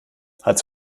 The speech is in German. hals